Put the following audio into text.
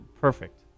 perfect